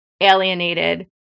alienated